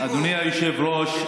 אדוני היושב-ראש,